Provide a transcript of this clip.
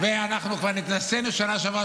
אנחנו כבר נתנסינו בשנה שעברה,